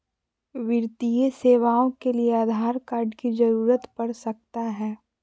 वित्तीय सेवाओं के लिए आधार कार्ड की जरूरत पड़ सकता है?